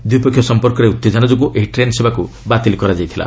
ଦ୍ୱିପକ୍ଷୀୟ ସମ୍ପର୍କରେ ଉତ୍ତେଜନା ଯୋଗୁଁ ଏହି ଟେନ୍ ସେବାକ୍ ବାତିଲ କରାଯାଇଥିଲା